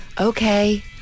okay